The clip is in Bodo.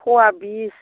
पवा बिस